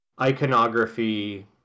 iconography